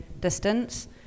distance